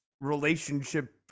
relationship